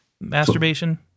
Masturbation